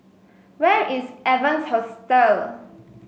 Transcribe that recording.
where is Evans Hostel